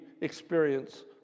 experience